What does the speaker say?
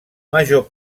major